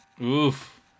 Oof